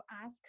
ask